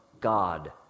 God